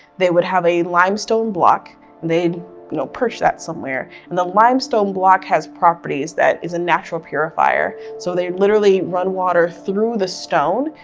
they would have a limestone block, and they'd you know perch that somewhere and the limestone block has properties that is a natural purifier, so they literally run water through the stone,